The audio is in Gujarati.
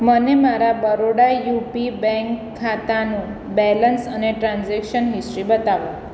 મને મારા બરોડા યુપી બેંક ખાતાનું બેલેન્સ અને ટ્રાન્ઝેક્શન હિસ્ટ્રી બતાવો